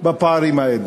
בפערים האלה,